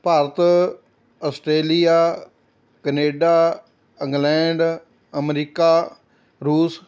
Bharat Australia Canada England America ਰੂਸ